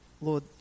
Lord